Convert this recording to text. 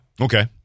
Okay